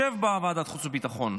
יושב בוועדת החוץ והביטחון,